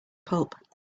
pulp